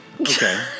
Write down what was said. Okay